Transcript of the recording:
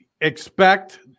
expect